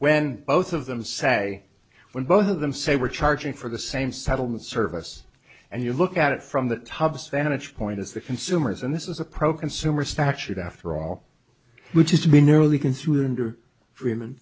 when both of them say when both of them say we're charging for the same settlement service and you look at it from the tubs vantage point is the consumers and this is a pro consumer statute after all which is to be nearly